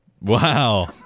Wow